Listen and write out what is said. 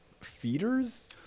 feeders